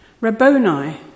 Rabboni